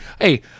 Hey